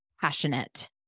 passionate